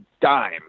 dime